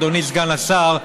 אדוני סגן השר,